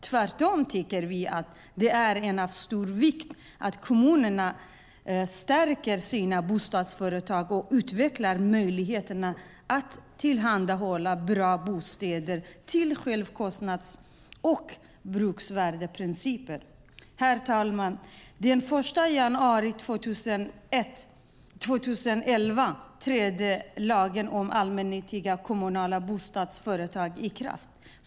Tvärtom tycker vi att det är av stor vikt att kommunerna stärker sina bostadsföretag och utvecklar möjligheterna att tillhandahålla bra bostäder enligt självkostnads och bruksvärdesprinciper. Herr talman! Den 1 januari 2011 trädde lagen om allmännyttiga kommunala bostadsföretag i kraft.